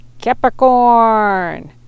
Capricorn